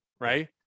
right